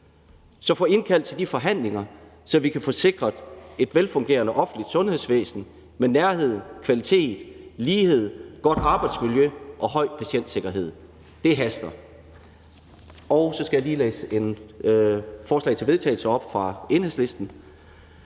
Så få indkaldt til de forhandlinger, så vi kan få sikret et velfungerende offentligt sundhedsvæsen med nærhed, kvalitet, lighed, et godt arbejdsmiljø og høj patientsikkerhed. Det haster. Så skal jeg lige læse et forslag til vedtagelse fra Enhedslisten